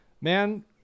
Man